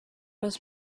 was